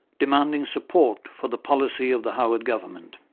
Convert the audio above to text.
demanding support for the policy of the howard government.